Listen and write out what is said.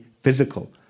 physical